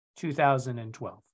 2012